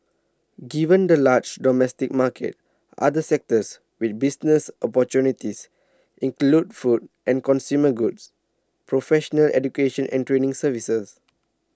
given the large domestic market other sectors with business opportunities include food and consumer goods professional education and training services